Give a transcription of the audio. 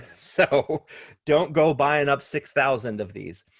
so don't go buying up six thousand of these.